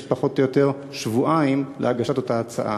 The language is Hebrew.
יש פחות או יותר שבועיים להגשת אותה הצעה.